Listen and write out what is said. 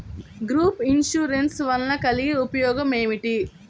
Group insurance వలన కలిగే ఉపయోగమేమిటీ?